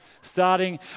Starting